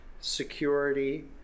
security